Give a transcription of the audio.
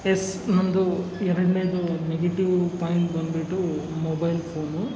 S ನನ್ನದು ಎರಡನೇದು negative point ಬನ್ಬಿಟ್ಟು ಮೊಬೈಲ್ ಫೋನು